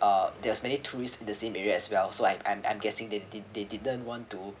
uh there's many tourists in the same area as well so I'm I'm guessing they didn't they didn't want to